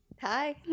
hi